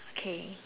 okay